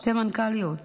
שתי מנכ"ליות